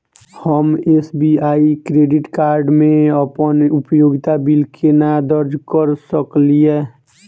हम SBI credit card मे अप्पन उपयोगिता बिल केना दर्ज करऽ सकलिये?